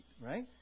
right